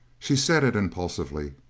she said it impulsively.